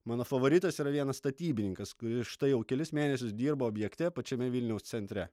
mano favoritas yra vienas statybininkas kuris štai jau kelis mėnesius dirbo objekte pačiame vilniaus centre